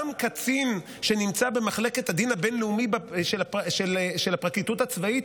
גם קצין שנמצא במחלקת הדין הבין-לאומי של הפרקליטות הצבאית,